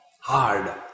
hard